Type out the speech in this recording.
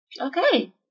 Okay